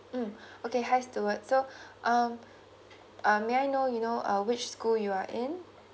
mm okay hi steward so um um may I know you know uh which school you are in